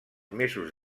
mesos